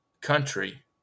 country